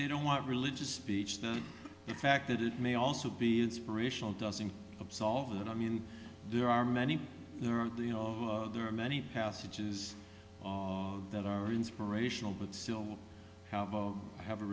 they don't want religious speech the fact that it may also be inspirational doesn't absolve it i mean there are many there are you know there are many passages that are inspirational but still have a